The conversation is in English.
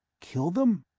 kill them?